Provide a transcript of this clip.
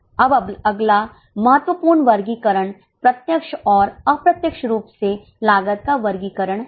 अब अगला महत्वपूर्ण वर्गीकरण प्रत्यक्ष और अप्रत्यक्ष रूप से लागत का वर्गीकरण है